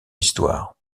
histoire